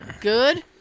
Good